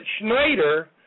Schneider